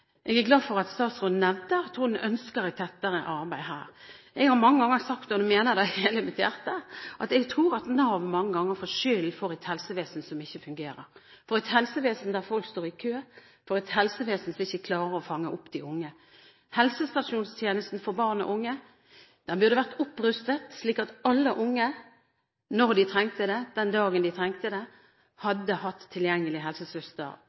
glad for at statsråden nevnte at hun ønsker et tettere arbeid her. Jeg har mange ganger sagt – og jeg mener det av hele mitt hjerte – at jeg tror Nav mange ganger får skylden for et helsevesen som ikke fungerer, for et helsevesen der folk står i kø, for et helsevesen som ikke klarer å fange opp de unge. Helsestasjonstjenesten for barn og unge burde vært opprustet, slik at alle unge, den dagen de trengte det, hadde hatt tilgjengelig helsesøster og fått tidlig intervenering. Det